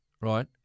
right